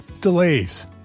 delays